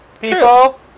People